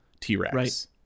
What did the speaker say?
T-Rex